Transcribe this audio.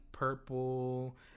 Purple